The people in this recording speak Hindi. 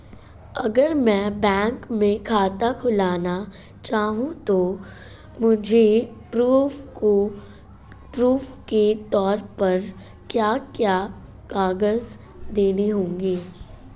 अगर मैं बैंक में खाता खुलाना चाहूं तो मुझे प्रूफ़ के तौर पर क्या क्या कागज़ देने होंगे?